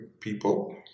people